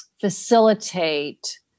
facilitate